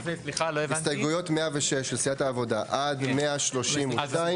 הסתייגויות 106-132 של סיעת העבודה נמשכו.